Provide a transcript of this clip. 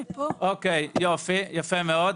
אוקיי, יופי, יפה מאוד.